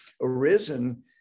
arisen